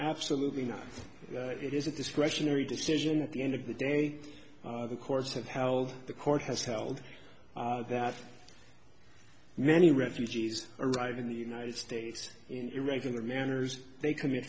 absolutely not it is a discretionary decision at the end of the day the courts have held the court has held that many refugees arrive in the united states in irregular manners they commit